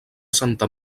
santa